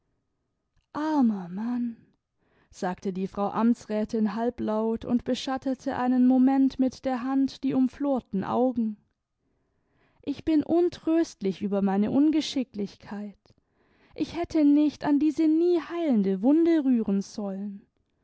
armer mann sagte die frau amtsrätin halblaut und beschattete einen moment mit der hand die umflorten augen ich bin untröstlich über meine ungeschicklichkeit ich hätte nicht an diese nie heilende wunde rühren sollen